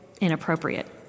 inappropriate